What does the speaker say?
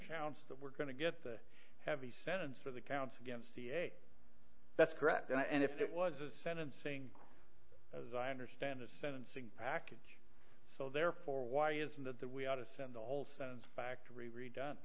sounds that we're going to get the heavy sentence for the counts against the eight that's correct and if it was a sentencing as i understand the sentencing package so therefore why isn't it that we ought to send the whole sentence factory redone